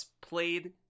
played